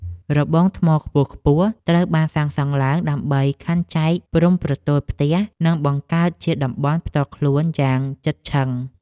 របងថ្មខ្ពស់ៗត្រូវបានសាងសង់ឡើងដើម្បីខណ្ឌចែកព្រំប្រទល់ផ្ទះ និងបង្កើតជាតំបន់ផ្ទាល់ខ្លួនយ៉ាងជិតឈឹង។